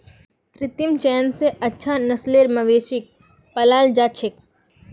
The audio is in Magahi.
कृत्रिम चयन स अच्छा नस्लेर मवेशिक पालाल जा छेक